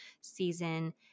season